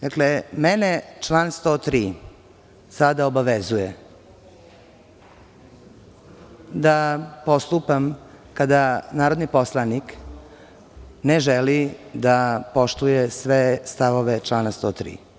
Dakle, mene član 103. sada obavezuje da postupam kada narodni poslanik ne želi da poštuje sve stavove člana 103.